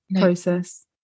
process